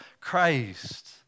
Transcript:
Christ